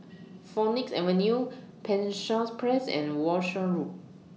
Phoenix Avenue Penshurst Place and Walshe Road